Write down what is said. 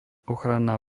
ochranná